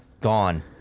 gone